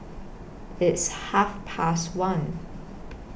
its Half Past one